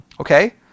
Okay